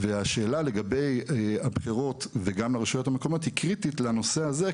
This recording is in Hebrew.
והשאלה לגבי הבחירות וגם לרשויות המקומיות היא קריטית לנושא הזה,